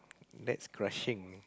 that's crushing